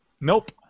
Nope